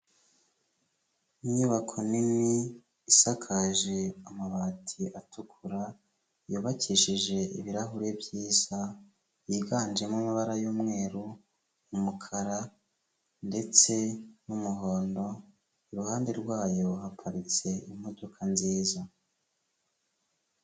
Inyubako nini isakaje amabati atukura, yubakishije ibirahuri byiza byiganjemo amabara y'umweru, umukara ndetse n'umuhondo, iruhande rwayo haparitse imodoka nziza.